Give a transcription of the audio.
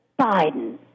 Biden